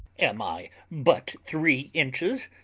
am i but three inches?